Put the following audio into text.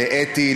לאתי,